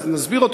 אז נסביר אותו,